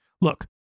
Look